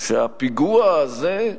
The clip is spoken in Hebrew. שהפיגוע הזה,